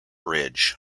ridge